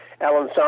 Alan